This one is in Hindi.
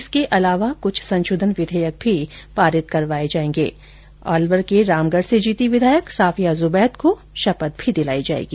इसके अलावा कुछ संशोधन विधेयक भी पारित करवाये जायेंगे और अलवर के रामगढ से जीती विधायक सफिया ज्बैद को शपथ दिलाई जायेगी